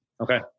Okay